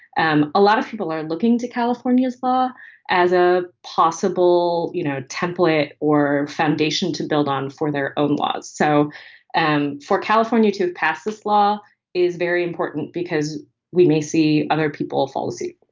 and a lot of people are looking to california's law as a possible you know template or foundation to build on for their own laws. so and for california to pass this law is very important because we may see other people follow suit